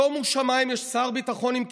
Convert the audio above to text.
שומו שמיים, יש שר ביטחון עם כיפה,